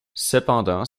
cependant